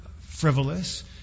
frivolous